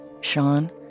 Sean